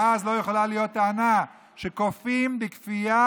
ואז לא יכולה להיות טענה שכופים בכפייה